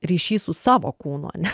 ryšy su savo kūnu ane